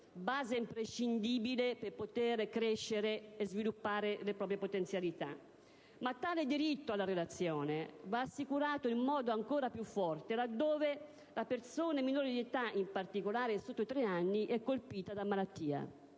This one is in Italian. base imprescindibile per poter crescere e sviluppare le proprie potenzialità. Ma tale diritto alla relazione va assicurato in modo ancora più forte laddove le persone minori d'età, in particolare al di sotto di tre anni, siano colpite da malattia.